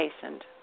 hastened